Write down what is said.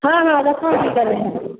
हाँ हाँ रखो कर रहे हैं